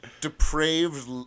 depraved